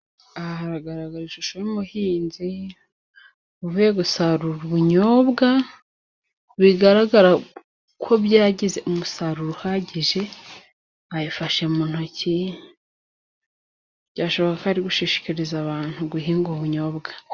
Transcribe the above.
Aha hagaragara ishusho y'umuhinzi uvuye gusarura ubunyobwa, bigaragara ko byagize umusaruro uhagije, abifashe mu ntoki byashoboka ko ari gushishikariza abantu guhinga ubunyobwa.